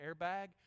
airbag